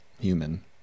human